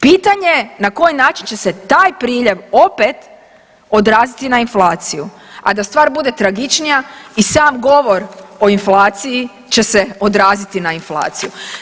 Pitanje na koji način će se taj priljev opet odraziti na inflaciju, a da stvar bude tragičnija i sam govor o inflaciji će se odraziti na inflaciju.